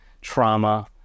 trauma